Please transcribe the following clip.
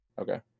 Okay